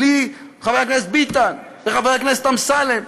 בלי חבר הכנסת ביטן וחבר הכנסת אמסלם,